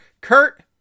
Kurt